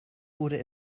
wurde